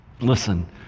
Listen